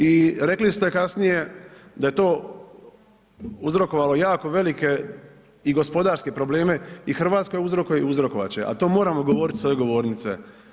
I rekli ste kasnije da je to uzrokovalo jako velike i gospodarske probleme i Hrvatskoj uzrokuje i uzrokovat će, a to moramo govorit s ove govornice.